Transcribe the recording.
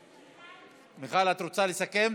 מיכל, את רוצה לסכם?